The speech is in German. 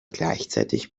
gleichzeitig